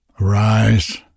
arise